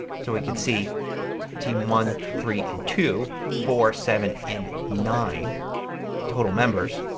so we could see team one, three, and two four, seven and nine total members.